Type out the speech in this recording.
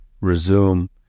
Resume